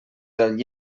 del